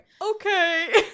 okay